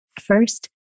First